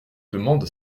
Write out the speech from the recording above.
demande